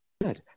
good